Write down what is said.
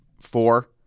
four